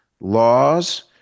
laws